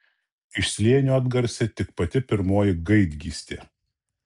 iš slėnio atgarsi tik pati pirmoji gaidgystė